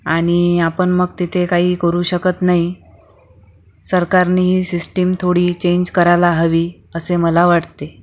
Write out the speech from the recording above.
आणि आपण मग तिथे काही करू शकत नाही सरकारने ही सिस्टीम थोडी चेंज करायला हवी असे मला वाटते